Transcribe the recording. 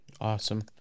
Awesome